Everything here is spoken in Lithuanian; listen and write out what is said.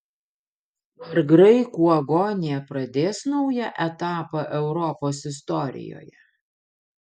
ar graikų agonija pradės naują etapą europos istorijoje